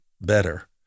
better